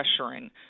pressuring